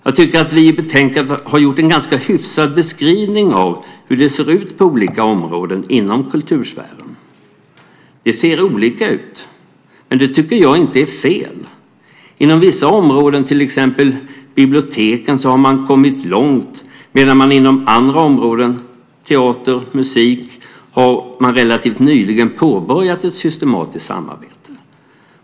Vi har i betänkandet gjort en hyfsad beskrivning av hur det ser ut på olika områden inom kultursfären. Det ser olika ut, men det tycker jag inte är fel. Inom vissa områden, till exempel biblioteken, har man kommit långt, medan man inom andra områden, teater och musik, relativt nyligen har påbörjat ett systematiskt samarbete.